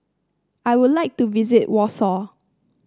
I would like to visit Warsaw